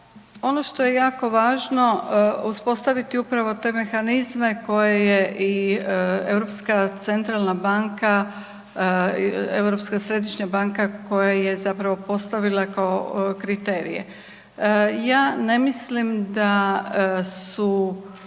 ono što je jako važno uspostaviti upravo te mehanizme koje je i Europska centralna banka i Europska središnja banka koja je zapravo postavila kao kriterije. Ja ne mislim da su